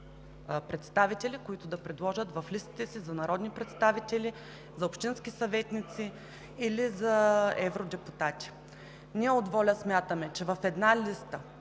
представители, които да предложат в листите си за народни представители, за общински съветници или за евродепутати. Ние от ВОЛЯ смятаме, че в една листа